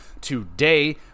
today